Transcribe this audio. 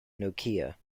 nokia